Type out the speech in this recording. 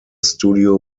studio